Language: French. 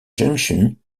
junction